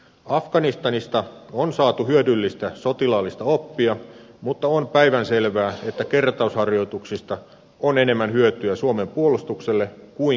afganistanista on saatu hyödyllistä sotilaallista oppia mutta on päivänselvää että kertausharjoituksista on enemmän hyötyä suomen puolustukselle kuin kriisinhallintaoperaatioista